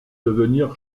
devenir